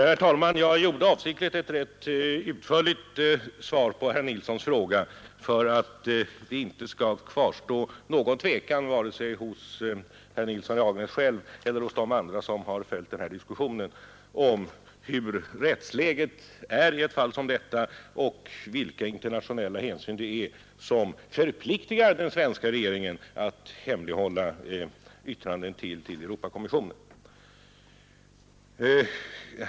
Herr talman! Jag lämnade avsikthgt ett rätt utförligt svar på herr Nilssons i Agnäs fråga. Det bör inte kvarstå någon tvekan vare sig hos herr Nilsson själv eller hos de andra som har följt denna diskussion om hur rättsläget är i ett fall som detta och om vilka internationella hänsyn det är som förpliktigar den svenska regeringen att hemlighålla yttranden till kommissionen för mänskliga rättigheter.